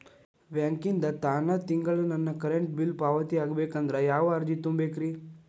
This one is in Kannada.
ಬ್ಯಾಂಕಿಂದ ತಾನ ತಿಂಗಳಾ ನನ್ನ ಕರೆಂಟ್ ಬಿಲ್ ಪಾವತಿ ಆಗ್ಬೇಕಂದ್ರ ಯಾವ ಅರ್ಜಿ ತುಂಬೇಕ್ರಿ?